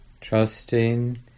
trusting